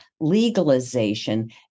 legalization